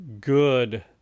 good